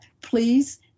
please